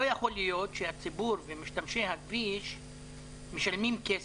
לא יכול להיות שהציבור ומשתמשי הכביש משלמים כסף,